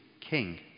King